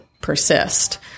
persist